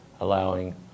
allowing